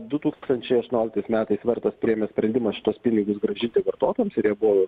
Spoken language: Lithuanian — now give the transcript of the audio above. du tūkstančiai aštuonioliktais metais vertas priėmė sprendimą šituos pinigus grąžinti vartotojams ir jie buvo